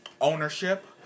ownership